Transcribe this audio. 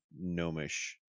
gnomish